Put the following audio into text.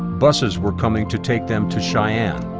buses were coming to take them to cheyenne.